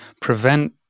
prevent